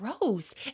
gross